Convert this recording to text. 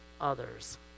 others